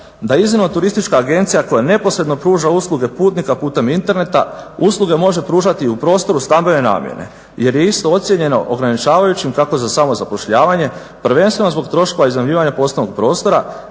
da iznimno turistička agencija koja neposredno pruža usluge putnika putem interneta usluge može pružati i u prostoru stambene namjene jer je isto ocjenjeno ograničavajućim kako za samozapošljavanje, prvenstveno zbog troškova iznajmljivanja poslovnog prostora